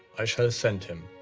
i shall send him.